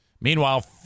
meanwhile